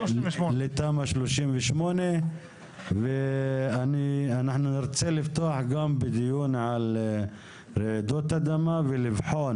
לתמ"א 38. ואנחנו נרצה לפתוח גם בדיון על רעידות אדמה ולבחון